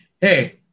Hey